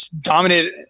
dominated